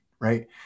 right